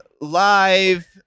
live